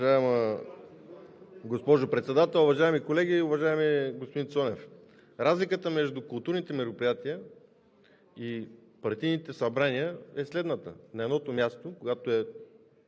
Уважаема госпожо Председател, уважаеми колеги! Уважаеми господин Цонев, разликата между културните мероприятия и партийните събрания е следната: